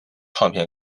唱片